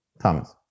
Thomas